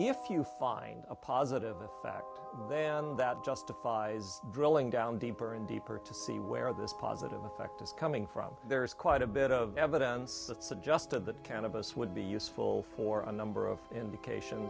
if you find a positive there that justifies drilling down deeper and deeper to see where this positive effect is coming from there's quite a bit of evidence that suggested that cannabis would be useful for a number of indication